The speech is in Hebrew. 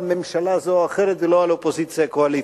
ממשלה זו או אחרת ולא על אופוזיציה קואליציה.